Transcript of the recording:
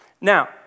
Now